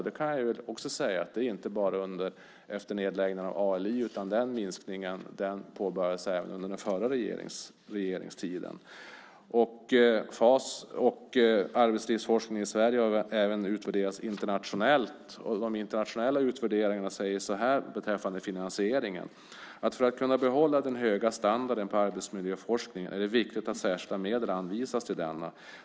Den minskningen kom inte bara efter nedläggningen av ALI, utan den minskningen påbörjades redan under den förra regeringen. Fas och arbetslivsforskningen i Sverige har även utvärderats internationellt. De internationella utvärderingarna säger så här beträffande finansieringen: För att kunna behålla den höga standarden på arbetsmiljöforskningen är det viktigt att särskilda medel anvisas till denna.